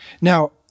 Now